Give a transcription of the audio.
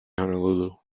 honolulu